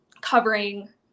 covering